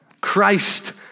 Christ